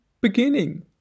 beginning